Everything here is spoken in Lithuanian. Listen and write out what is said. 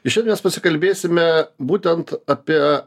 i šiandien mes pasikalbėsime būtent apie